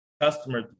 customer